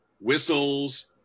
whistles